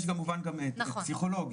יש כמובן גם פסיכולוגים.